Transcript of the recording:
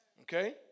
okay